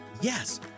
Yes